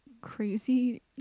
crazy